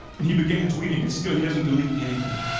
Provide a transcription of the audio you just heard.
and he began tweeting it, still he doesn't delete anything.